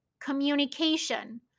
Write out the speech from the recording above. communication